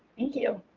thank you.